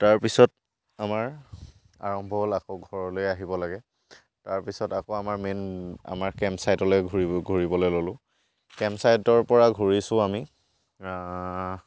তাৰপিছত আমাৰ আৰম্ভ হ'ল আকৌ ঘৰলৈ আহিব লাগে তাৰপিছত আকৌ আমাৰ মেইন আমাৰ কেম্প ছাইটলে ঘূৰি ঘূৰিবলৈ ল'লোঁ কেম্প ছাইটৰপৰা ঘূৰিছোঁ আমি